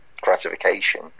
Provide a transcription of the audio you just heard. gratification